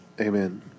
amen